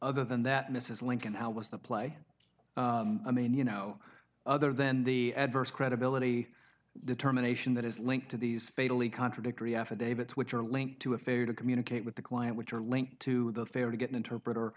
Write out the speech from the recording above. other than that mrs lincoln how was the play i mean you know other than the adverse credibility determination that is linked to these fatally contradictory affidavit which are linked to a failure to communicate with the client which are linked to the fair to get an interpreter